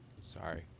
Sorry